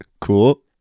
Cool